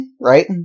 right